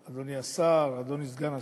אדוני השר, אדוני סגן השר,